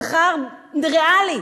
לשכר ריאלי.